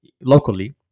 locally